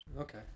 Okay